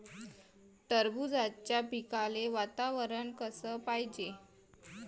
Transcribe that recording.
टरबूजाच्या पिकाले वातावरन कस पायजे?